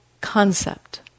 concept